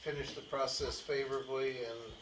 finish the process favorably